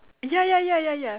ya ya ya ya ya